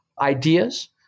ideas